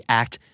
act